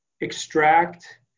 extract